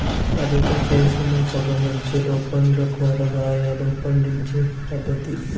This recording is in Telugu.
అదుపుచేసిన పొగ మంచులో పండ్లు, కూరగాయలు పండించే పద్ధతి